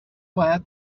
باید